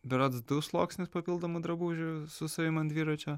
berods du sluoksnius papildomų drabužių su savim ant dviračio